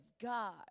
God